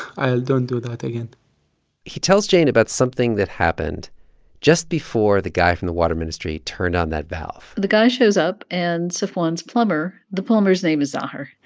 i ah don't do that again he tells jane about something that happened just before the guy from the water ministry turned on that valve the guy shows up. and safwan's plumber the plumber's name is zahar.